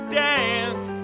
dance